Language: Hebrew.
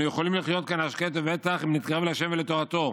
אנו יכולים לחיות כאן השקט ובטח אם נתקרב להשם ולתורתו,